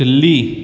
Delhi